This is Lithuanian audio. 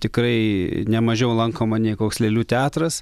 tikrai ne mažiau lankoma nei koks lėlių teatras